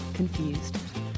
confused